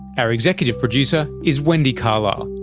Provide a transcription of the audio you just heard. our executive producer is wendy carlisle,